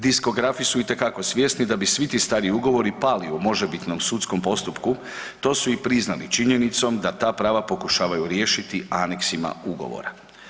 Diskografi su itekako svjesni da bi svi ti stariji ugovori pali u možebitnom sudskom postupku, to su i priznali činjenicom da ta prava pokušavaju riješiti aneksima ugovora.